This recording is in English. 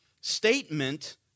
statement